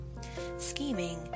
Scheming